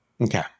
okay